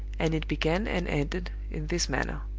and it began and ended in this manner